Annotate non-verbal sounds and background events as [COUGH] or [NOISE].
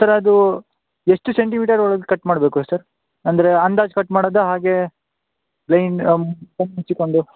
sir ಅದು ಎಷ್ಟು centimetre ಒಳ್ಗೆ ಕಟ್ ಮಾಡಬೇಕು ಸರ್ ಅಂದರೆ ಅಂದಾಜು ಕಟ್ ಮಾಡೋದ ಹಾಗೆ ಲೈನ್ [UNINTELLIGIBLE]